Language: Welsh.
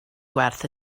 gwerth